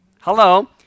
hello